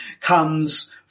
comes